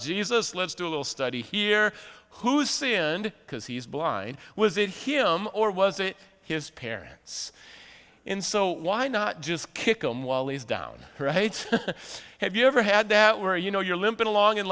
jesus let's do a little study here who's sinned because he's blind was it him or was it his parents in so why not just kick him while he's down right have you ever had that where you know you're limping along in